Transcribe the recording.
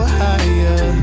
higher